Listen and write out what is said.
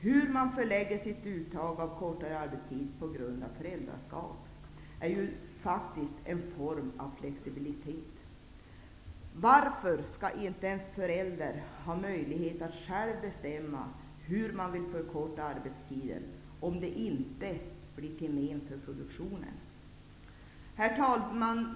Hur man förlägger sitt uttag av kortare arbetstid på grund av föräldraskap är ju en form av flexibilitet. Varför skall inte en förälder ha möjlighet att själv bestämma hur han eller hon vill förkorta arbetstiden, om det inte blir till men för produtionen? Herr talman!